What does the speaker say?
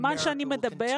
כל עוד אני יושב-ראש,